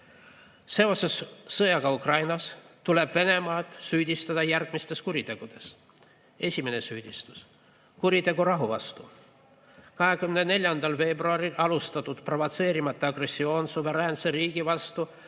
sõjaga Ukrainas tuleb Venemaad süüdistada järgmistes kuritegudes. Esimene süüdistus: kuritegu rahu vastu. 24. veebruaril alustatud provotseerimata agressioon suveräänse riigi vastu